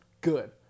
good